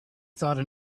thought